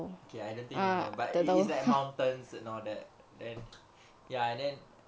K I don't think you know but it is like mountains and all that then ya and then